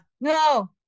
No